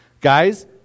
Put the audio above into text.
guys